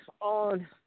on